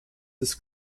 des